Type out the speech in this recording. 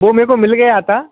वो मेरे को मिल गया था